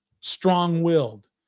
strong-willed